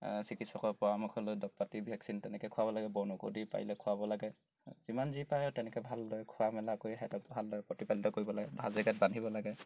চিকিৎসকৰ পৰামৰ্শ লৈ দৰৱ পাতি ভেকচিন তেনেকৈ খোৱাব লাগে বনৌষধি পাৰিলে খুৱাব লাগে যিমান যি পায় তেনেকৈ ভালদৰে খোৱা মেলা কৰি সিহঁতক ভালদৰে প্ৰতিপালিত কৰিব লাগে ভাল জেগাত বান্ধিব লাগে